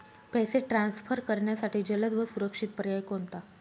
पैसे ट्रान्सफर करण्यासाठी जलद व सुरक्षित पर्याय कोणता?